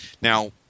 now